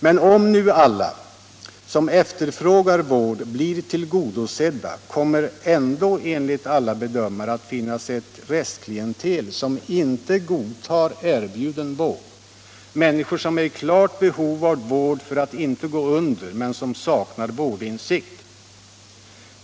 Men om nu alla som efterfrågar vård blir tillgodosedda, kommer det ändå enligt alla bedömare att finnas ett restklientel som inte godtar erbjuden vård, människor som är i klart behov av vård för att inte gå under men som saknar vårdinsikt.